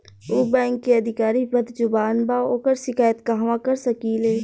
उ बैंक के अधिकारी बद्जुबान बा ओकर शिकायत कहवाँ कर सकी ले